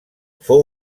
fou